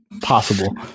possible